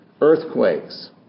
earthquakes